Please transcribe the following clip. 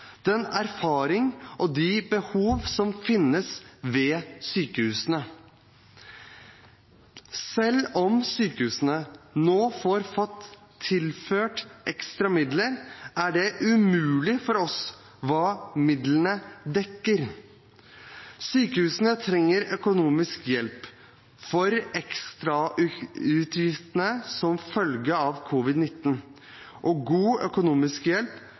den erfaringen og de behovene som finnes ved sykehusene. Selv om sykehusene nå har fått tilført ekstra midler, er det umulig for oss å vite hva midlene dekker. Sykehusene trenger økonomisk hjelp for ekstrautgiftene som følge av covid-19 og god økonomisk hjelp